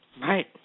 Right